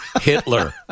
Hitler